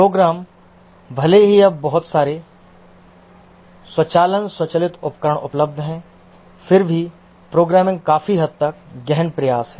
programme भले ही अब बहुत सारे स्वचालन स्वचालित उपकरण उपलब्ध हैं फिर भी प्रोग्रामिंग काफी हद तक गहन प्रयास है